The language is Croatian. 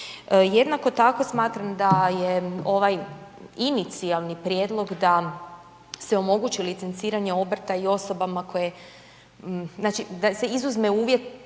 Jednako tako smatram da je ovaj inicijalni prijedlog da se omogući licenciranje obrta i osobama znači da se izuzme uvjet